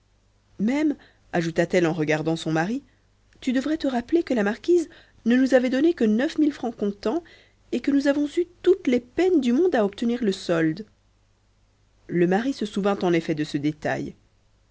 même ajouta-t-elle en regardant son mari tu devrais te rappeler que la marquise ne nous avait donné que neuf mille francs comptant et que nous avons eu toutes les peines du monde à obtenir le solde le mari se souvint en effet de ce détail